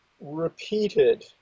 repeated